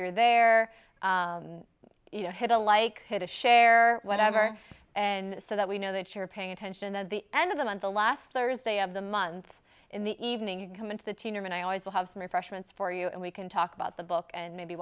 you're there you know hit a like hit a share whatever and so that we know that you're paying attention at the end of the month the last thursday of the month in the evening you come into the team and i always will have some refreshments for you and we can talk about the book and maybe